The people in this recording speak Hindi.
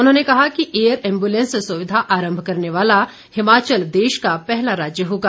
उन्होंने कहा कि एयर एंबुलैस सुविधा आरम्म करने वाला हिमाचल देश का पहला राज्य होगा